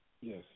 Yes